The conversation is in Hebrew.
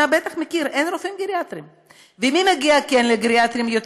אתה בטח מכיר, אין רופאים גריאטריים.